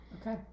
Okay